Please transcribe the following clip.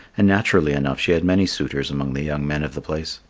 and naturally enough she had many suitors among the young men of the place.